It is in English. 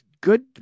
good